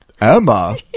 Emma